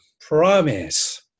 promise